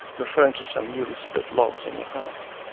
referring to some newly split logs on the hearth.